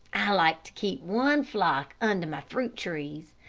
i like to keep one flock under my fruit trees.